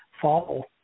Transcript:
fall